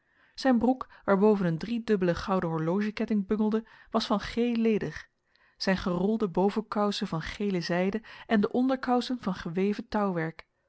zijn broek waarboven een driedubbele gouden horlogeketting bungelde was van geel leder zijn gerolde bovenkousen van gele zijde en de onderkousen van geweven